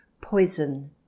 poison